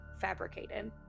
fabricated